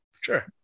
Sure